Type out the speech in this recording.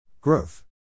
Growth